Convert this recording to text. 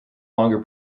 longer